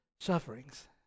sufferings